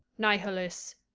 nihilists.